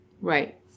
right